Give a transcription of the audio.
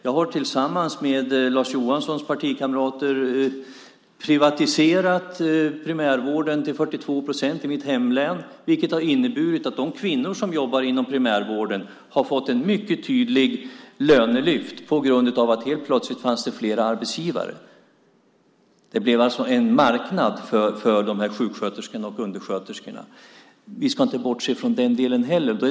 Jag har tillsammans med Lars Johanssons partikamrater privatiserat 42 procent av primärvården i mitt hemlän, vilket har inneburit att de kvinnor som jobbar inom primärvården har fått ett mycket tydligt lönelyft på grund av att det helt plötsligt fanns fler arbetsgivare. Det blev alltså en marknad för dessa sjuksköterskor och undersköterskor. Vi ska inte bortse från den delen heller.